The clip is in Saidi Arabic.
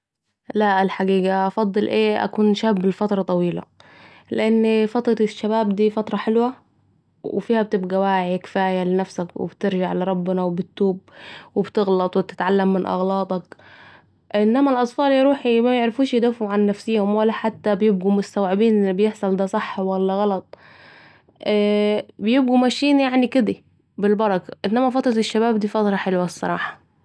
لأ الحقيقة افضل أيه أكون شاب لفترة طويلة ؟ لأن فترة الشباب فتره حلوه وفيها بتبقي واعي كفايه لنفسك و بترجع لربنا و بتوب و بتغلط و بتتعلم من اغلاطك ، إنما الاطفال ياروحي ميعرفوش يدافعوا عن نفسهم ولا حتي بيبقوا مستوعبين الي بيحصل ده صح ولا غلط بيبقوا ماشيين يعني كده بالبركه... إنما فترة الشباب دي فترة حلوة الصراحه